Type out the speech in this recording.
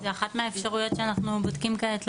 זו אחת מהאפשרויות שאנחנו בודקים כעת.